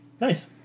Nice